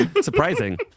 Surprising